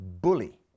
bully